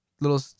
little